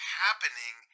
happening